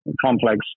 complex